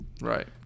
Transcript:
Right